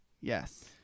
Yes